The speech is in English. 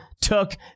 took